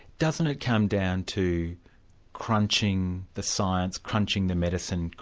doesn't it come down to crunching the science, crunching the medicine,